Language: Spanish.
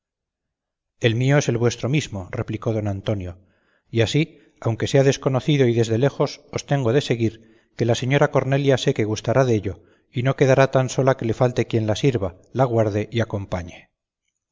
el mío es el vuestro mismo replicó don antonio y así aunque sea desconocido y desde lejos os tengo de seguir que la señora cornelia sé que gustará dello y no queda tan sola que le falte quien la sirva la guarde y acompañe